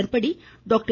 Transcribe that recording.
இதன்படி டாக்டர்